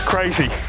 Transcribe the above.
Crazy